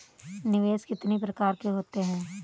निवेश कितनी प्रकार के होते हैं?